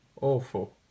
Awful